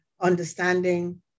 understanding